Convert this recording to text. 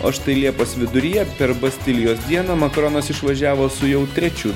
o štai liepos viduryje per bastilijos dieną makaronas išvažiavo su jau trečiu